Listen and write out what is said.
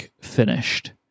finished